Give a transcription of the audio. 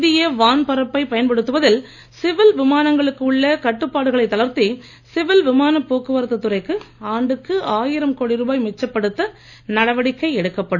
இந்திய வான் பரப்பை பயன்படுத்துவதில் சிவில் விமானங்களுக்கு உள்ள கட்டுப்பாட்டுகளை தளர்த்தி சிவில் விமான போக்குவரத்து துறைக்கு ஆண்டுக்கு ஆயிரம் கோடி ரூபாய் மிச்சப்படுத்த நடவடிக்கை எடுக்கப்படும்